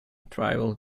tribal